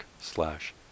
slash